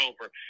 over